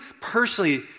personally